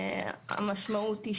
המשמעות היא